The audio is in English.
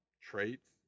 traits